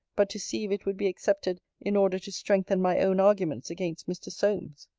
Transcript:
but to see if it would be accepted in order to strengthen my own arguments against mr. solmes.